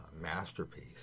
masterpiece